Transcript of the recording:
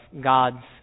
God's